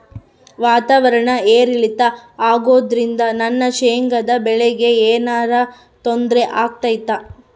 ವಾತಾವರಣ ಏರಿಳಿತ ಅಗೋದ್ರಿಂದ ನನ್ನ ಶೇಂಗಾ ಬೆಳೆಗೆ ಏನರ ತೊಂದ್ರೆ ಆಗ್ತೈತಾ?